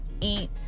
eat